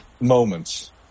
moments